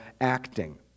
acting